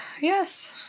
yes